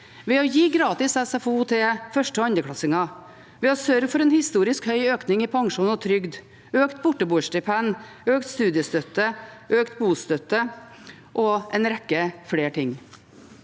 ved å gi gratis SFO til førsteog andreklassinger og ved å sørge for en historisk høy økning i pensjon og trygd, økt borteboerstipend, økt studiestøtte, økt bostøtte og en rekke andre ting.